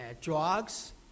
drugs